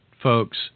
folks